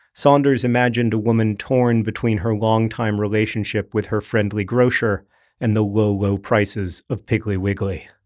saunders imagined a woman torn between her long-time relationship with her friendly grocer and the low, low prices of piggly wiggly.